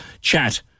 chat